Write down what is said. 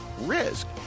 risk